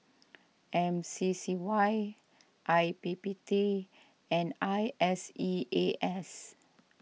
M C C Y I P P T and I S E A S